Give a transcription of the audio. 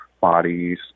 bodies